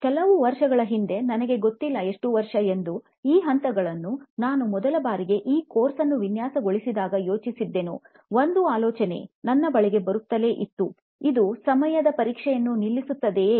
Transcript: ಕೆಲವು ವರ್ಷಗಳ ಹಿಂದೆ ನನಗೆ ಗೊತ್ತಿಲ್ಲ ಎಷ್ಟು ವರ್ಷ ಎಂದು ಈ ಹಂತಗಳನ್ನು ನಾನು ಮೊದಲ ಬಾರಿಗೆ ಈ ಕೋರ್ಸ್ ಅನ್ನು ವಿನ್ಯಾಸಗೊಳಿಸಿದಾಗ ಯೋಚಿಸಿದ್ದೆನು ಒಂದು ಆಲೋಚನೆ ನನ್ನ ಬಳಿಗೆ ಬರುತ್ತಲೇ ಇತ್ತು ಇದು ಸಮಯದ ಪರೀಕ್ಷೆಯನ್ನು ನಿಲ್ಲುಸುತ್ತದೆಯೇ